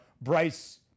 bryce